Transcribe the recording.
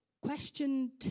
Question